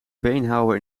beenhouwer